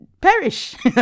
perish